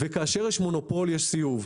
כאשר יש מונופול יש סיאוב.